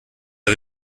der